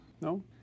no